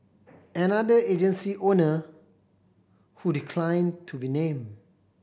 another agency owner who declined to be named